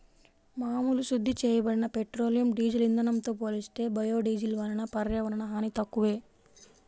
మామూలు శుద్ధి చేయబడిన పెట్రోలియం, డీజిల్ ఇంధనంతో పోలిస్తే బయోడీజిల్ వలన పర్యావరణ హాని తక్కువే